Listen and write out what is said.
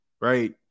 right